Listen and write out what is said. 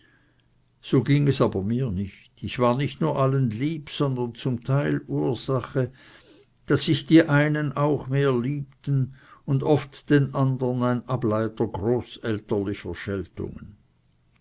so ging es mir aber nicht ich war nicht nur allen lieb sondern zum teil ursache daß sich die einen auch mehr liebten und oft den andern ein ableiter großelterlicher scheltungen